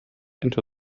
into